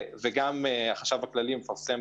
גם החשב הכללי מחשב